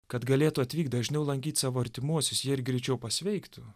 kad galėtų atvykt dažniau lankyt savo artimuosius jie ir greičiau pasveiktų